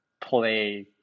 play